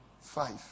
Five